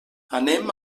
anem